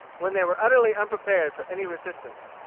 when they were utterly unprepared for any resistance.